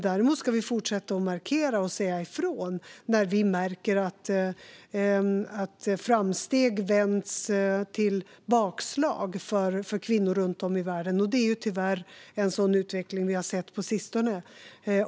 Däremot ska vi fortsätta att markera och säga ifrån när vi märker att framsteg vänds till bakslag för kvinnor runt om i världen. Det är tyvärr en sådan utveckling vi har sett på sistone.